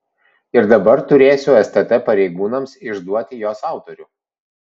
ir dabar turėsiu stt pareigūnams išduoti jos autorių